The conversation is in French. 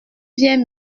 viens